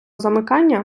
замикання